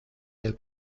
del